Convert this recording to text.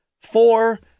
Four